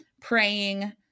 praying